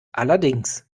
allerdings